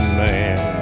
man